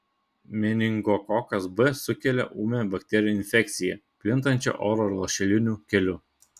meningokokas b sukelia ūmią bakterinę infekciją plintančią oro lašeliniu keliu